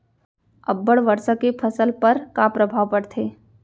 अब्बड़ वर्षा के फसल पर का प्रभाव परथे?